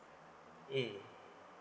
mm